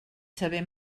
saber